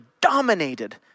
dominated